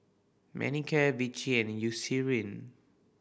Manicare Vichy and Eucerin